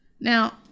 now